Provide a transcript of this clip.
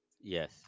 Yes